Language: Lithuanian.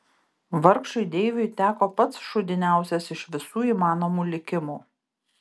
vargšui deiviui teko pats šūdiniausias iš visų įmanomų likimų